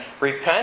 Repent